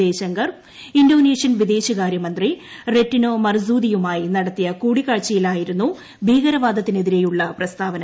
Jaishankar Indonesian വിദേശകാര്യമന്ത്രി Retno മർസൂദിയുമായി നടത്തിയ കൂടിക്കാഴ്ചയിലായിരുന്നു ഭീകരവാദത്തിനെതിരെയുള്ള പ്രസ്താവന